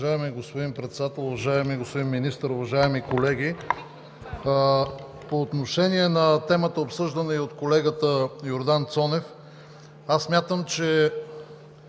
Уважаеми господин Председател, уважаеми господин Министър, уважаеми колеги! По отношение на темата, обсъждана от колегата Йордан Цонев, смятам, че